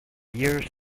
years